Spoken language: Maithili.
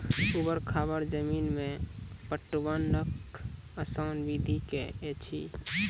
ऊवर खाबड़ जमीन मे पटवनक आसान विधि की ऐछि?